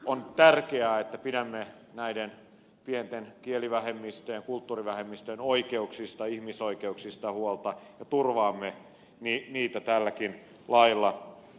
on tärkeää että pidämme näiden pienten kielivähemmistöjen kulttuurivähemmistöjen oikeuksista ihmisoikeuksista huolta ja turvaamme niitä tälläkin lailla